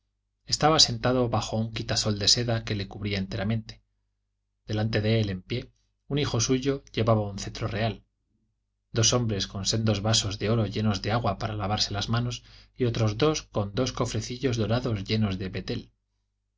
estaba sentado bajo un quitasol de seda que le cubría enteramente delante de él en pie un hijo suyo llevaba el cetro real dos hombres con sendos vasos de oro llenos de agua para lavarse las manos y otros dos con dos cofrecillos dorados llenos de betre